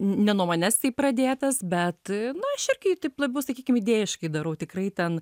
ne nuo manęs tai pradėtas bet na aš irgi taip labiau sakykim idėjiškai darau tikrai ten